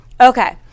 Okay